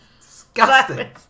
Disgusting